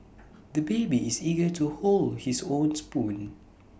the baby is eager to hold his own spoon